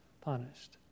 punished